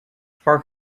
park